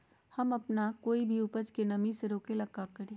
हम अपना कोई भी उपज के नमी से रोके के ले का करी?